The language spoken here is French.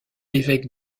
évêque